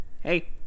Hey